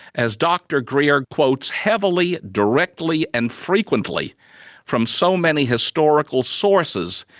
as dr greer quotes heavily, directly and frequently from so many historical sources,